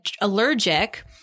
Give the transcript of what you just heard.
allergic